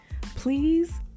Please